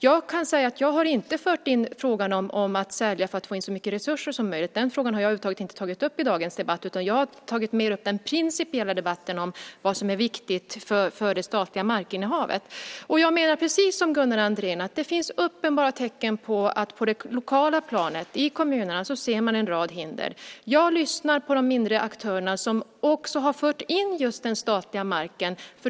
Jag har inte fört in frågan om att sälja för att få in så mycket resurser som möjligt. Den frågan har jag över huvud taget inte tagit upp i dagens debatt. Jag har mer tagit upp den principiella debatten om vad som är viktigt för det statliga markinnehavet. Precis som Gunnar Andrén menar jag att det finns uppenbara tecken på att man på det lokala planet, i kommunerna, ser en rad hinder. Jag lyssnar på de mindre aktörerna, som också har fört in just den statliga marken.